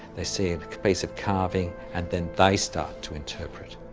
they see a piece of carving and then they start to interpret.